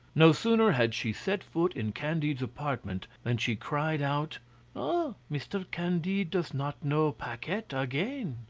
no sooner had she set foot in candide's apartment than she cried out ah! mr. candide does not know paquette again.